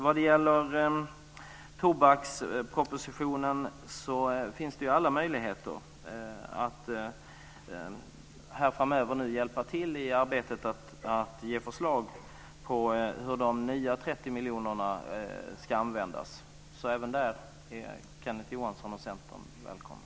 Vad det gäller tobakspropositionen finns det ju alla möjligheter framöver att hjälpa till i arbetet med att ge förslag till hur de 30 nya miljonerna ska användas. Även där är Kenneth Johansson och Centern välkomna.